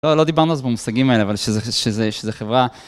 לא דיברנו אז במושגים האלה, אבל שזו חברה...